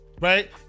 Right